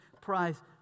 prize